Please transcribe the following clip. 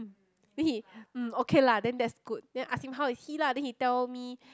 then he um okay lah then that's good then ask him how is he lah then he tell me